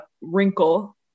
wrinkle